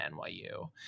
NYU